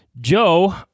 Joe